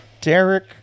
Derek